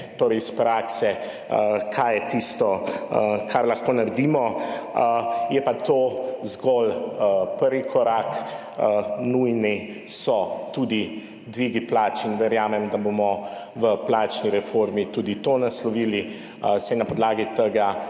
torej iz prakse, kaj je tisto, kar lahko naredimo. Je pa to zgolj prvi korak, nujni so tudi dvigi plač, in verjamem, da bomo v plačni reformi tudi to naslovili, saj na tem